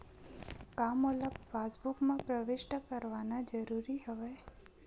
का मोला पासबुक म प्रविष्ट करवाना ज़रूरी हवय?